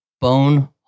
bone